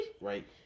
right